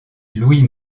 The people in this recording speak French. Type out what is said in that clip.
louis